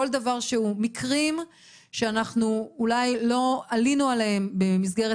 כל דבר שהוא מקריים שאנחנו אולי לא עלינו עליהם במסגרת